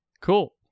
Cool